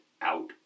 out